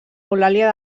eulàlia